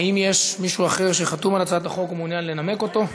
האם יש מישהו אחר שחתום על הצעת החוק ומעוניין לנמק אותה?